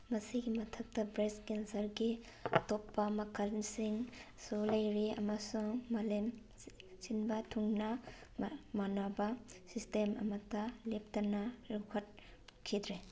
ꯃꯁꯤꯒꯤ ꯃꯊꯛꯇ ꯕ꯭ꯔꯦꯁ ꯀꯦꯟꯁꯔꯒꯤ ꯑꯇꯣꯞꯄ ꯃꯈꯜꯁꯤꯡꯁꯨ ꯂꯩꯔꯤ ꯑꯃꯁꯨꯡ ꯃꯥꯂꯦꯝ ꯁꯤꯟꯕ ꯊꯨꯡꯅ ꯃꯥꯅꯕ ꯁꯤꯁꯇꯦꯝ ꯑꯃꯠꯇ ꯂꯦꯞꯇꯅ ꯂꯧꯈꯠꯈꯤꯗ꯭ꯔꯦ